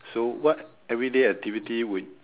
so what everyday activity would